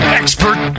expert